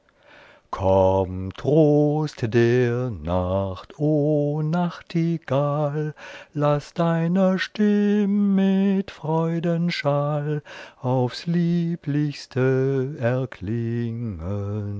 trost der nacht o nachtigall laß deine stimm mit freudenschall aufs lieblichste erklingen